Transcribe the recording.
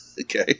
Okay